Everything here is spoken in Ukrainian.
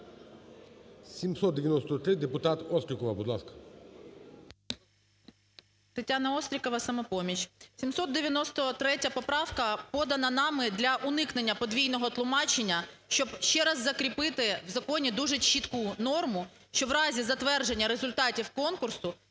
793, депутат Острікова, будь ласка. 16:09:52 ОСТРІКОВА Т.Г. Тетяна Острікова, "Самопоміч". 793 поправка подана нами для уникнення подвійного тлумачення, щоб ще раз закріпити в законі дуже чітку норму, щоб у разі затвердження результатів конкурсу